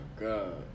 god